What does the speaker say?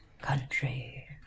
country